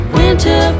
winter